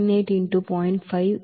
98 into 0